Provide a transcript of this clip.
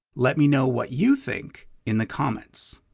let me know what you think in the comments.